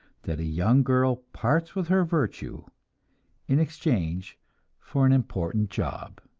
that a young girl parts with her virtue in exchange for an important job.